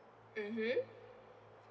mmhmm